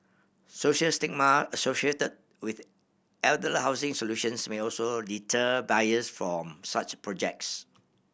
social stigma associated with elder housing solutions may also deter buyers from such projects